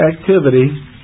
Activity